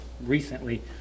recently